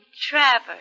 Travers